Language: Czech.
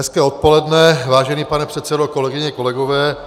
Hezké odpoledne, vážený pane předsedo, kolegyně, kolegové.